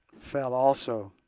fell also.